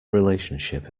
relationship